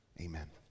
Amen